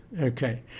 Okay